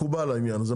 מקובל העניין הזה.